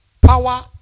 power